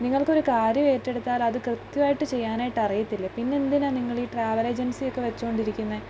നിങ്ങള്ക്ക് ഒരു കാര്യം ഏറ്റെടുത്താൽ അത് കൃത്യമായിട്ട് ചെയ്യാനായിട്ട് അറിയില്ലേ പിന്നെ എന്തിനാണ് നിങ്ങൾ ഈ ട്രാവൽ ഏജൻസി ഒക്കെ വെച്ചുകൊണ്ടിരിക്കുന്നത്